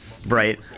Right